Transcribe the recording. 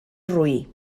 roí